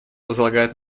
возлагает